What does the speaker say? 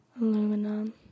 Aluminum